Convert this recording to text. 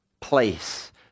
place